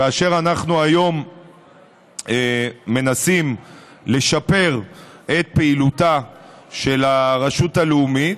כאשר אנחנו היום מנסים לשפר את פעילותה של הרשות הלאומית,